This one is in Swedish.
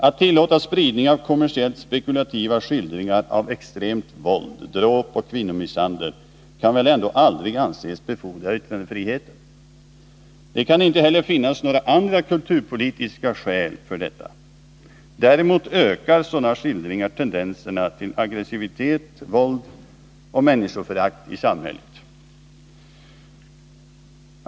Att tillåta spridning av kommersiellt spekulativa skildringar av extremt våld, dråp och kvinnomisshandel kan väl ändå aldrig anses befordra yttrandefriheten. Det kan inte heller finnas några andra kulturpolitiska skäl för detta. Däremot ökar sådana skildringar tendenserna till aggressivitet, våld och människoförakt i samhället.